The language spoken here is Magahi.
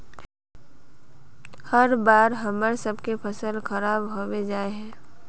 हर बार हम्मर सबके फसल खराब होबे जाए है?